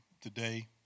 today